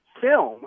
film